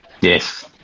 Yes